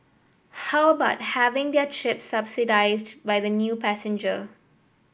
how about having their trip subsidised by the new passenger